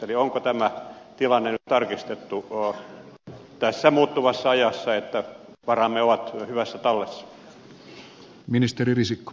eli onko tämä tilanne nyt tarkistettu tässä muuttuvassa ajassa että varamme ovat hyvässä tallessa